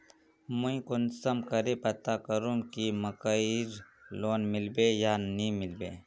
मुई कुंसम करे पता करूम की मकईर लोन मिलबे या नी मिलबे?